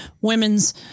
women's